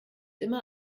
immer